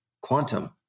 quantum